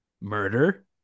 murder